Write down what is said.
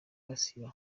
basiba